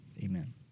Amen